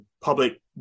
public